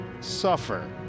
suffer